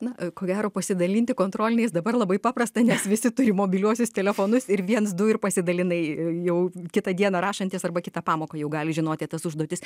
na ko gero pasidalinti kontroliniais dabar labai paprasta nes visi turi mobiliuosius telefonus ir viens du ir pasidalinai ir jau kitą dieną rašantys arba kitą pamoką jau gali žinoti tas užduotis